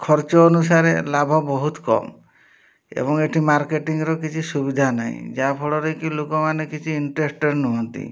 ଖର୍ଚ୍ଚ ଅନୁସାରେ ଲାଭ ବହୁତ କମ୍ ଏବଂ ଏଇଠି ମାର୍କେଟିଂର କିଛି ସୁବିଧା ନାହିଁ ଯାହାଫଳରେ କି ଲୋକମାନେ କିଛି ଇଣ୍ଟରେଷ୍ଟେଡ଼୍ ନୁହନ୍ତି